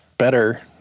better